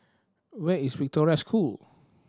where is Victoria School